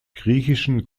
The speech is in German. griechischen